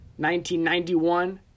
1991